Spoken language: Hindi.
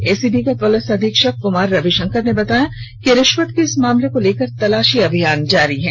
एसीबी के पुलिस अधीक्षक कुमार रविशंकर ने बताया कि रिश्वत के इस मामले को लेकर तलाशी अभियान जारी है